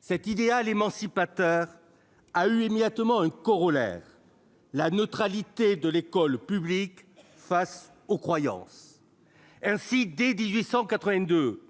Cet idéal émancipateur a eu immédiatement un corollaire : la neutralité de l'école publique face aux croyances. Ainsi, dès 1882,